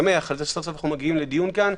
שסוף-סוף אנחנו מגיעים לדיון כאן.